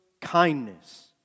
kindness